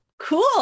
Cool